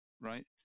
right